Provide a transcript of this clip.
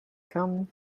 come